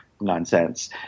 nonsense